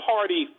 Party